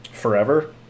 forever